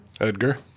Edgar